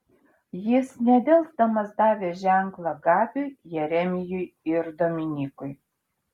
jis nedelsdamas davė ženklą gabiui jeremijui ir dominykui